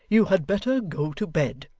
you had better go to bed